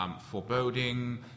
Foreboding